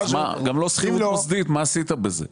מה עשית בזה?